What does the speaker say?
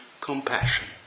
compassion